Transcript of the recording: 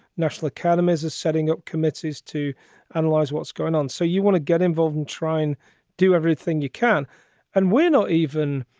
national academies is setting up committees to analyze what's going on. so you want to get involved and try and do everything you can and win or even,